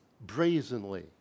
brazenly